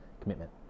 Commitment